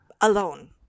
alone